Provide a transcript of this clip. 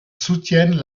soutiennent